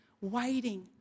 waiting